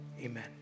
Amen